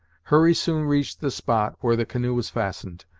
hurry soon reached the spot where the canoe was fastened,